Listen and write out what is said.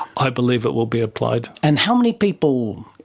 i believe it will be applied. and how many people,